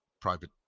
private